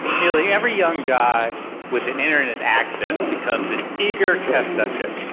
nearly every young guy with an internet access becomes an eager test subject.